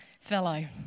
fellow